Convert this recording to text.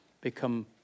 become